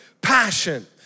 passion